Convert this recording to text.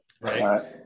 right